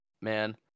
man